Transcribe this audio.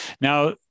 Now